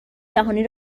جهانی